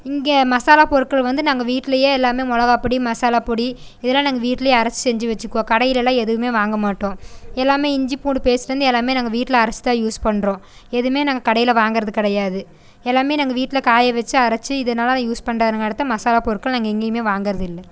இங்கே மசாலாப்பொருட்கள் வந்து நாங்கள் வீட்டுலேயே எல்லாம் மிளகாப் பொடி மசாலாப் பொடி இதெலான் நாங்கள் வீட்டுலேயே அரைச்சி செஞ்சு வச்சுக்குவோம் கடையிலேலான் எதுவும் வாங்க மாட்டோம் எல்லாம் இஞ்சி பூண்டு பேஸ்ட்டுலேந்து எல்லாம் வீட்டில் அரைச்சி தான் யூஸ் பண்ணுறோம் எதுவுமே நாங்கள் கடையில் வாங்கிறது கிடையாது எல்லாம் நாங்க வீட்டில் காயவச்சு அரைச்சி இது நல்லா யூஸ் பண்ணுறது மசாலாப் பொருட்கள் நாங்கள் எங்கேயும் வாங்கிறது இல்லை